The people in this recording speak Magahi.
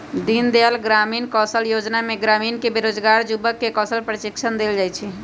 दीनदयाल ग्रामीण कौशल जोजना में ग्रामीण बेरोजगार जुबक के कौशल प्रशिक्षण देल जाइ छइ